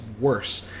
worse